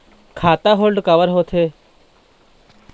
खाता होल्ड काबर होथे?